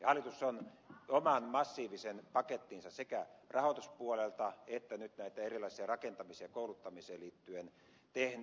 hallitus on oman massiivisen pakettinsa sekä rahoituspuolelta että nyt erilaiseen rakentamiseen ja kouluttamiseen liittyen tehnyt